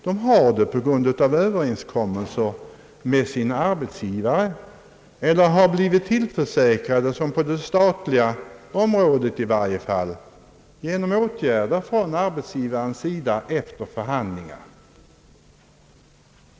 De har den på grund av överenskommelser med sina arbetsgivare, eller också har de, som på det statliga området, blivit tillförsäkrade lägre pensionsålder genom åtgärder från arbetsgivarens sida efter förhandlingar.